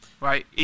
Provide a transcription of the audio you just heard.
Right